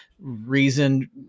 reason